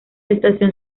estación